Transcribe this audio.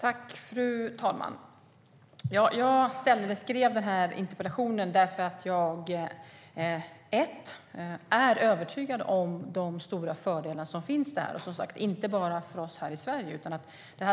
Fru talman! Jag skrev interpellationen därför att jag är övertygad om de stora fördelar som finns, inte bara för oss här i Sverige.